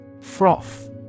Froth